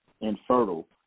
infertile